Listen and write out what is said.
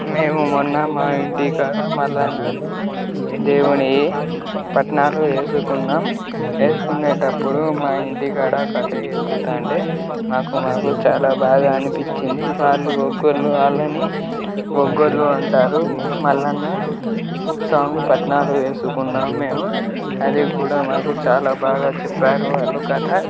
మేము మొన్న మా ఇంటికాడ మల్లన్న దేవుడియి పట్నాలు ఏసుకున్నాం ఏసుకునేటప్పుడు మా ఇంటికాడ కథ చెప్పుతాంటే మాకు మాకు చాలా బాగా అనిపించింది వాళ్ళు ఒగ్గుర్లు వాళ్ళని ఒగ్గుర్లు అంటారు మల్లన్న స్వామి పట్నాలు వేసుకున్నాము మేము అది కూడా మాకు చాలా బాగా చెప్పారు వాళ్ళు కథ